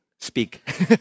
Speak